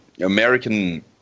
American